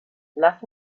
lass